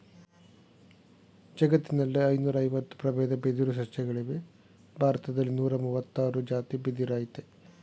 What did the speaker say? ಜಗತ್ತಿನಲ್ಲಿ ಐನೂರಐವತ್ತು ಪ್ರಬೇದ ಬಿದಿರು ಸಸ್ಯಗಳಿವೆ ಭಾರತ್ದಲ್ಲಿ ನೂರಮುವತ್ತಾರ್ ಜಾತಿ ಬಿದಿರಯ್ತೆ